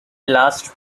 last